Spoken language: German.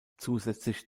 zusätzlich